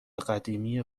قدیمی